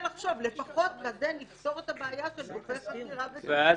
לפחות בזה נפתור את הבעיה של גופי חקירה וטיפול.